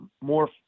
more